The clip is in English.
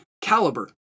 caliber